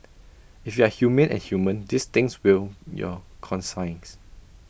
if you are humane and human these things will your conscience